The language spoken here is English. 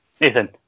Nathan